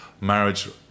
Marriage